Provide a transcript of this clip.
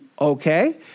Okay